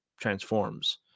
transforms